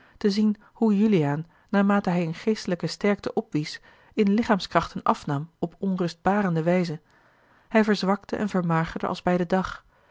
te zien hoe juliaan naarmate hij in geestelijke sterkte opwies in lichaamskrachten afnam op onrustbarende wijze hij verzwakte en vermagerde als bij den dag